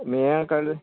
मेयां काडली